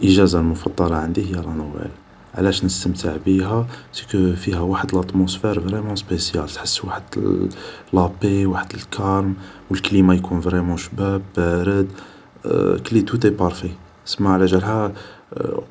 الإجازة المفضلة عندي هيا لانوال علاش نستمتع بيها باسكو فيها وحد الاتموسفار فريمون سبيسيال تحس وحد لابي وحد الكالم و الكليما يكون فريمون شباب بارد كلي تو ابارفي تسما على جالها